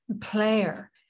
player